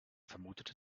vermutete